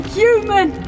human